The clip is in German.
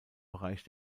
bereich